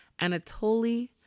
Anatoly